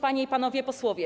Panie i Panowie Posłowie!